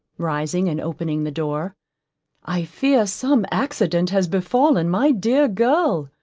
rising and opening the door i fear some accident has befallen my dear girl.